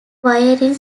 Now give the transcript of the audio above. wiring